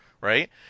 right